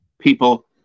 people